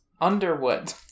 Underwood